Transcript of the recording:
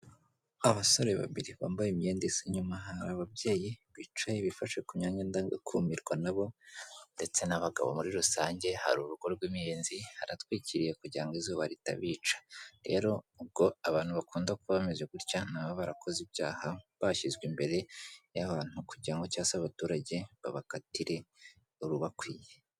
Abasore babiri bambaye imyenda isa, inyuma hari ababyeyi bicaye bifashe ku myanya ndangakumirwa nabo ndetse n'abagabo muri rusange, hari urugo rw'imiyenzi haratwikiriye kugira ngo izuba ritabica, rero ubwo abantu bakunda kuba bameze gutya ni ababa barakoze ibyaha bashyizwe imbere y'abantu kugira ngo cyangwa se abaturage babakatire urubakwiye.